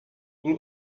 full